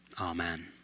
Amen